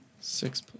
Six